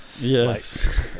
Yes